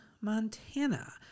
Montana